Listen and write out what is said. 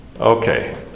Okay